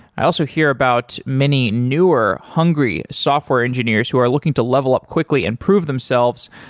i also hear about many, newer, hungry software engineers who are looking to level up quickly and prove themselves.